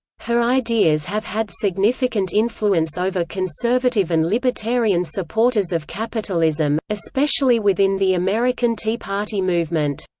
her ideas have had significant influence over conservative and libertarian supporters of capitalism, especially within the american tea party movement.